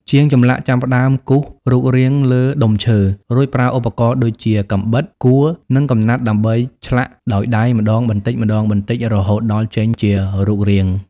ជាងចម្លាក់ចាប់ផ្ដើមគូសរូបរាងលើដុំឈើ រួចប្រើឧបករណ៍ដូចជា កាំបិត កួរ និងកំណាត់ដើម្បីឆ្លាក់ដោយដៃម្ដងបន្តិចៗរហូតដល់ចេញជារូបរាង។